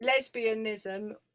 lesbianism